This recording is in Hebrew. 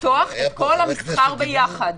לפתוח את כל המסחר יחד,